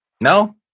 No